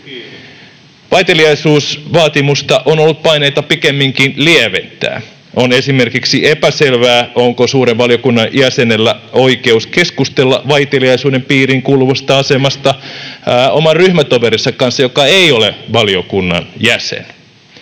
Vaiteliaisuusvaatimusta on ollut paineita pikemminkin lieventää. On esimerkiksi epäselvää, onko suuren valiokunnan jäsenellä oikeus keskustella vaiteliaisuuden piiriin kuuluvasta asemasta oman ryhmätoverinsa kanssa, joka ei ole valiokunnan jäsen.